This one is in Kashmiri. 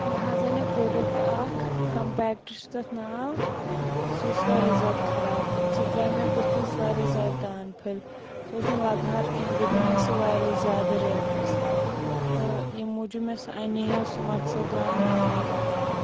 مےٚ حظ اَنیو پرٛوڈَکٹ اَکھ کَمپیکٹ چھِ تَتھ ناو سُہ اوس واریاہ زیادٕ خراب تَمہِ سۭتۍ درٛاے مےٚ بٔتِھس واریاہ زیادٕ دانہٕ پھٔلۍ سُہ اوس نہٕ لَگہٕ ہار کیٚنہہ بیٚیہِ پیوٚو مےٚ سُہ واریاہ زیادٕ ریٹَس تہٕ ییٚمہِ موٗجوٗب مےٚ سُہ اَنییو سُہ مقصد درٛاو نہٕ ٹھیٖک کیٚنہہ